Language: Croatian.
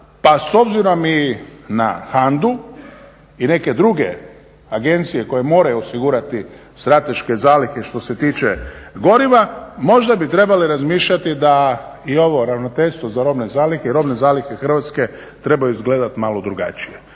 pa s obzirom i na HANDA-u i neke druge agencije koje moraju osigurati strateške zalihe što se tiče goriva, možda bi trebali razmišljati da i ovo Ravnateljstvo za robne zalihe i robne zalihe Hrvatske trebaju izgledat malo drugačije.